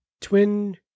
Twin